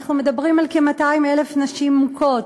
אנחנו מדברים על כ-200,000 נשים מוכות